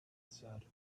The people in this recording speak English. said